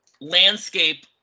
landscape